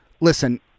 listen